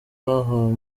bahawe